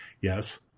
Yes